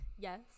Yes